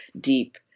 deep